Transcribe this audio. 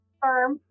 firm